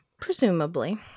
Presumably